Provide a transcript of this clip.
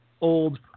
old